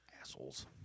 Assholes